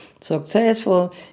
successful